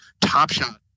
Topshot